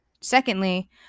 secondly